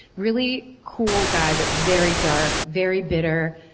really cool guy, but very dark, very bitter.